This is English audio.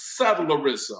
settlerism